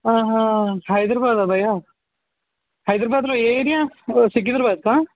హైదరాబాదా భయ్యా హైదరాబాద్లో ఏ ఏరియా సికిందరాబాదా